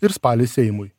ir spalį seimui